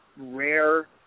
rare